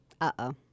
Uh-oh